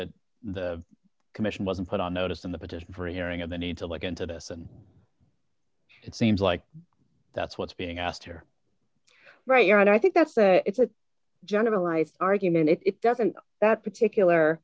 that the commission wasn't put on notice in the petition for a hearing on the need to look into this and it seems like that's what's being asked here right here and i think that's the it's a generalized argument it doesn't that particular